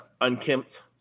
unkempt